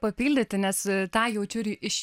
papildyti nes tą jaučiu ir iš